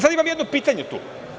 Sad imam jedno pitanje tu.